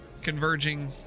converging